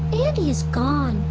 andi is gone.